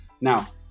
now